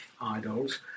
Idols